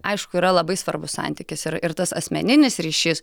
aišku yra labai svarbus santykis ir ir tas asmeninis ryšys